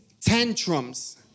tantrums